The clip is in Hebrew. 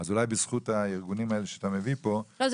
אז אולי בזכות הארגונים האלה שאתה מביא פה --- לא,